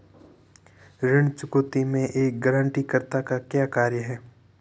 ऋण चुकौती में एक गारंटीकर्ता का क्या कार्य है?